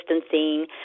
distancing